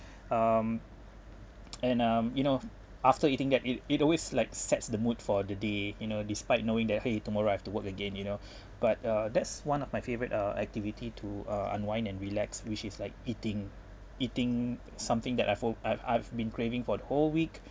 um and um you know after eating at it it always like sets the mood for the day you know despite knowing that !hey! tomorrow I've to work again you know but uh that's one of my favourite uh activity to uh unwind and relax which is like eating eating something that I've al~ I've I've been craving for the whole week